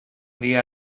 dia